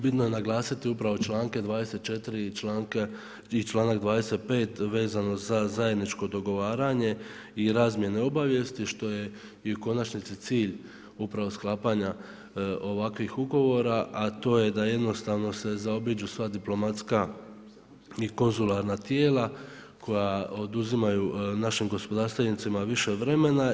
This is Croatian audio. Bitno je naglasiti upravo članke 24. i članak 25. vezano za zajedničko dogovaranje i razmjene obavijesti što je i u konačnici cilj upravo sklapanja ovakvih ugovora, a to je da jednostavno se zaobiđu sva diplomatska i konzularna tijela koja oduzimaju našim gospodarstvenicima više vremena.